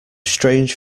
strange